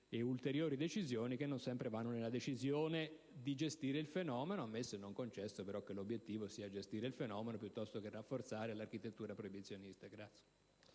e ulteriori decisioni, che non sempre vanno nella direzione di gestire il fenomeno, ammesso e non concesso che l'obiettivo sia di gestirlo, piuttosto che rafforzare l'architettura proibizionista.